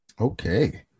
Okay